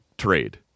trade